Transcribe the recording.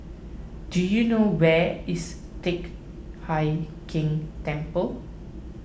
do you know where is Teck Hai Keng Temple